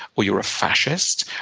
or you're a fascist,